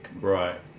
Right